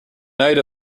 night